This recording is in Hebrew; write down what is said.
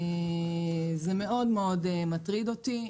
זה מאוד מאוד מטריד אותי.